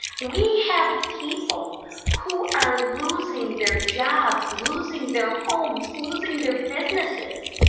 we have people who are losing their jobs, losing their homes, losing their businesses!